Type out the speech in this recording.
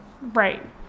Right